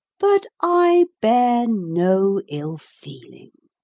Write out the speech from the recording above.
but i bear no ill-feeling.